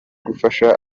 gufasha